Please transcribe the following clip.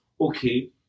okay